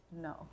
no